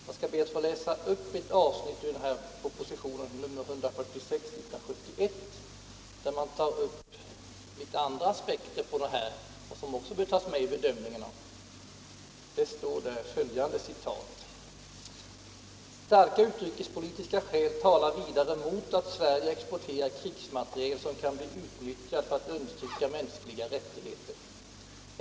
Jag ber att få läsa upp ett avsnitt ur propositionen 1971:146, där man anlägger några andra synpunkter på saken som också bör tas med i bedömningen. Där står följande: ”Starka utrikespolitiska skäl talar vidare mot att Sverige exporterar krigsmateriel, som kan bli utnyttjad för att undertrycka mänskliga rättigheter.